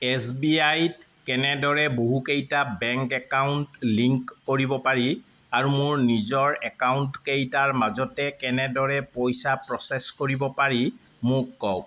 S B I ত কেনেদৰে বহুকেইটা বেংক একাউণ্ট লিংক কৰিব পাৰি আৰু মোৰ নিজৰ একাউণ্টকেইটাৰ মাজতে কেনেদৰে পইচা প্ৰ'চেছ কৰিব পাৰি মোক কওক